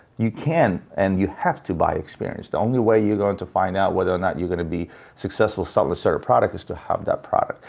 you can and you have to buy experience. the only way you're going to find out whether or not you're going to be successful selling a certain product is to have that product.